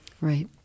Right